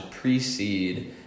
precede